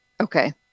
Okay